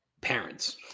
Parents